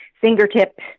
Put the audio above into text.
fingertip